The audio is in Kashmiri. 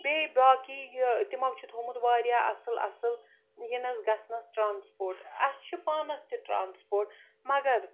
بیٚیہِ باقٕے یہِ تِمو چھِ تھوٚومُت واریاہ اَصٕل اَصٕل یِنَس گَژھنَس ٹرٛانٕسپورٹ اَسہِ چھُ پانس تہِ ٹرٛانٕسپورٹ مگر